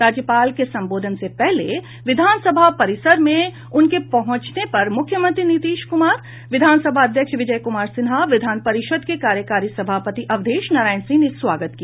राज्यपाल के संबोधन से पहले विधानसभा परिसर में उनके पहुंचने पर मुख्यमंत्री नीतीश क्मार विधानसभा अध्यक्ष विजय क्मार सिन्हा विधान परिषद के कार्यकारी सभापति अवधेश नारायण सिंह ने स्वागत किया